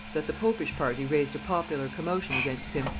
that the popish party raised a popular commotion against him,